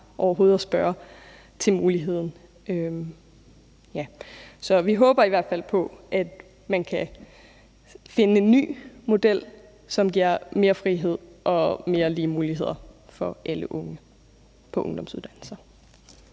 overhovedet at spørge til muligheden. Så vi håber i hvert fald på, at man kan finde en ny model, som giver mere frihed og mere lige muligheder for alle unge på ungdomsuddannelser.